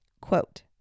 Quote